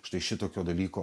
štai šitokio dalyko